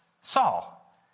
Saul